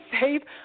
save